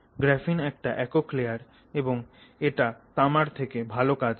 graphene একটা একক layer এবং এটা তামার থেকে ভালো কাজ করে